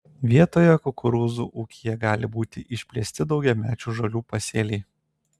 vietoje kukurūzų ūkyje gali būti išplėsti daugiamečių žolių pasėliai